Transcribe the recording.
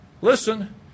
listen